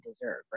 deserve